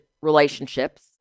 relationships